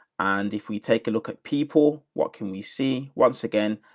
and if we take a look at people, what can we see once again?